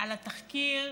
על התחקיר,